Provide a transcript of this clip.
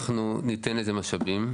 אנחנו ניתן לזה משאבים,